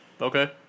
okay